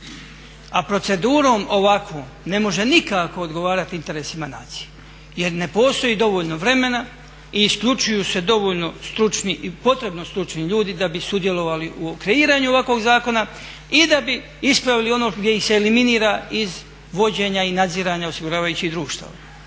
A procedurom ovakvom ne može nikako odgovarati interesima nacije, jer ne postoji dovoljno vremena i isključuju se potrebno stručni ljudi da bi sudjelovali u kreiranju ovakvog zakona i da bi ispravili ono gdje ih se eliminira iz vođenja i nadziranja osiguravajućih društava.